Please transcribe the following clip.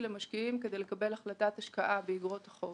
למשקיעים כדי לקבל החלטת השקעה באגרות החוב.